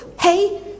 Hey